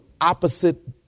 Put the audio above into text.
opposite